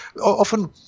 often